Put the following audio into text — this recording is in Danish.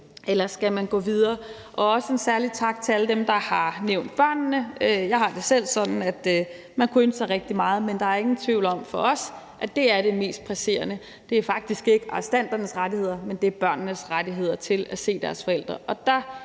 Eller skal man gå videre? Også en særlig tak til alle dem, der har nævnt børnene. Jeg har det selv sådan, at man kunne ønske sig rigtig meget, men der er ingen tvivl om for os, at det er det mest presserende. Det er faktisk ikke arrestanternes rettigheder, men det er børnenes rettigheder til at se deres forældre,